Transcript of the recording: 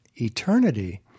eternity